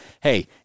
hey